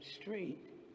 street